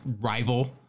rival